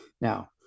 Now